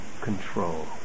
control